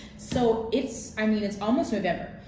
so it's, i mean it's almost november,